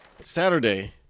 Saturday